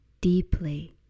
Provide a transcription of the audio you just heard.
deeply